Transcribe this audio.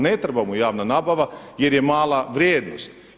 Ne treba mu javna nabava jer je mala vrijednost.